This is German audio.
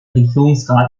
regierungsrat